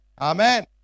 Amen